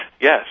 Yes